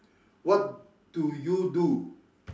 what do you do